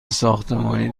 ساختمانی